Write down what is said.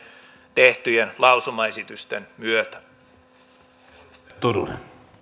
tehtyjen lausumaesitysten myötä